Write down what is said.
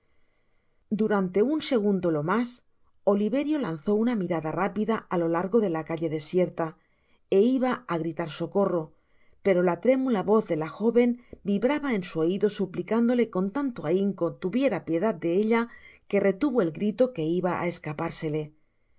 durante un segundo lo'mas oliverio lanzó una mirada rápida á lo largo de la calle desierta é iba á gritar socorro pero la trémulavoz de la joven vibraba en su oido suplicándole con tanto ahinco tuviera piedad de ella que retuvo el grito que iba á escapársele